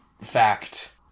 fact